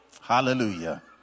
Hallelujah